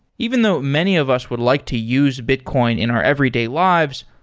even though many of us would like to use bitcoin in our everyday lives,